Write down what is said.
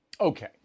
Okay